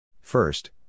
First